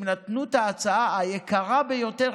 הם נתנו את ההצעה היקרה ביותר,